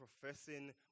professing